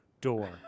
door